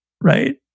right